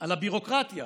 על הביורוקרטיה